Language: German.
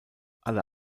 alle